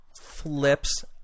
flips